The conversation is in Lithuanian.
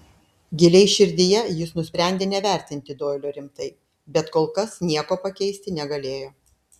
giliai širdyje jis nusprendė nevertinti doilio rimtai bet kol kas nieko pakeisti negalėjo